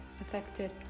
affected